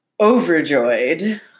overjoyed